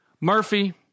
Murphy